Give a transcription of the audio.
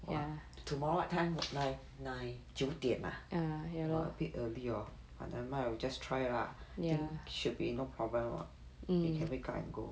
!wah! tomorrow what time nine nine 九点 ah !wah! a bit early hor but nevermind we just try lah I think should be no problem you can wake up and go